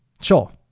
Sure